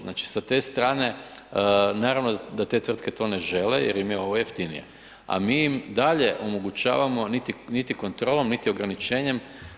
Znači sa te strane, naravno da te tvrtke to ne žele jer im je ovo jeftinije, a mi im i dalje omogućavamo niti kontrolom niti ograničenjem.